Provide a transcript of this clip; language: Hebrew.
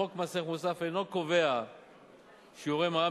חוק מס ערך מוסף אינו קובע שיעורי מע"מ